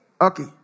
Okay